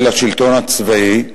של השלטון הצבאי,